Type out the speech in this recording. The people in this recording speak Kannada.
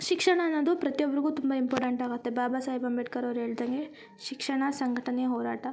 ಶಿಕ್ಷಣ ಅನ್ನೋದು ಪ್ರತಿಯೊಬ್ಬರಿಗು ತುಂಬಾ ಇಂಪಾರ್ಟೆಂಟ್ ಆಗುತ್ತೆ ಬಾಬಾ ಸಾಹೇಬ್ ಅಂಬೇಡ್ಕರ್ ಅವ್ರ ಹೇಳ್ದಂಗೆ ಶಿಕ್ಷಣ ಸಂಘಟನೆ ಹೋರಾಟ